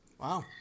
Wow